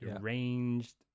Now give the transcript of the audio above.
arranged